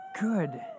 Good